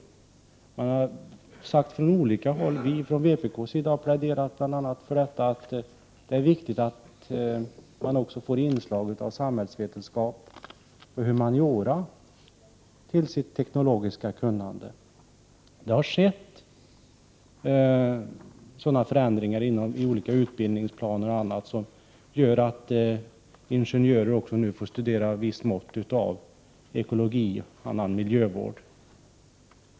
Dessa synpunkter har framförts från olika håll, och vi i vpk har bl.a. pläderat för vikten av att de studerande i den tekniska sektorn får kunskaper även i samhällsvetenskap och humaniora. Det har gjorts förändringar i den riktningen i bl.a. utbildningsplaner, förändringar som gör att blivande ingenjörer nu får ett visst mått av kunskaper i ekologi och annan miljövård.